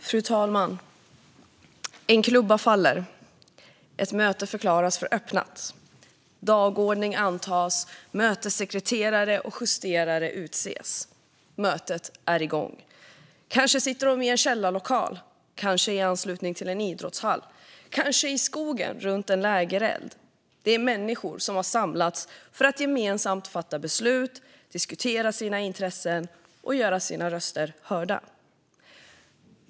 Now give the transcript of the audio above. Fru talman! En klubba faller. Ett möte förklaras öppnat. Dagordning antas, och mötessekreterare och justerare utses. Mötet är igång. Kanske sitter de i en källarlokal, kanske i anslutning till en idrottshall, kanske i skogen runt en lägereld. Det är människor som har samlats för att gemensamt fatta beslut, diskutera sina intressen och göra sina röster hörda.